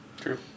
True